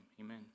Amen